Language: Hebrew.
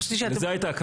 לזה הייתה הכוונה.